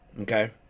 okay